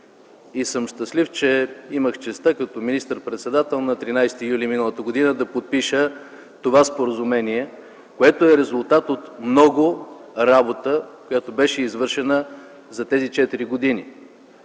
съм, че имах честта като министър-председател на 13 юли м. г. да подпиша това Споразумение, което е резултат от много работа, която беше извършена за тези четири години.